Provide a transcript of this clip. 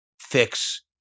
fix